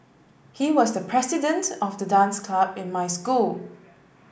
he was the president of the dance club in my school